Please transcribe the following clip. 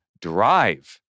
drive